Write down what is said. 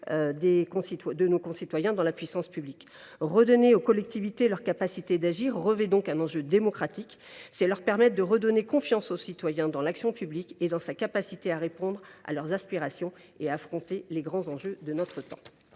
de nos citoyens dans la puissance publique ? Redonner aux collectivités leur capacité d’agir revêt un enjeu démocratique : c’est leur permettre de redonner confiance aux citoyens dans l’action publique et dans sa capacité à répondre à leurs aspirations et à affronter les grands enjeux de notre temps.